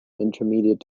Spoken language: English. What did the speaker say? intermediate